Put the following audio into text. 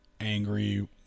angry